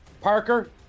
Parker